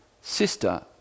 sister